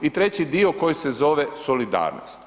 I treći dio koji se zove solidarnost.